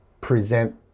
present